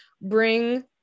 bring